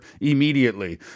immediately